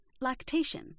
Lactation